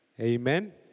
Amen